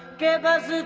give us